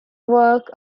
work